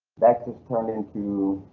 that has turned into.